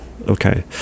Okay